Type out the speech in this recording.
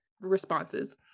responses